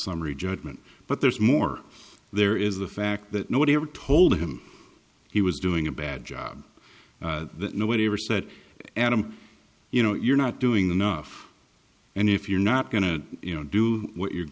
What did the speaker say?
summary judgment but there's more there is the fact that nobody ever told him he was doing a bad job that nobody ever said and i'm you know you're not doing enough and if you're not going to you know do what